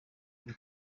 kuri